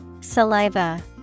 Saliva